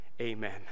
amen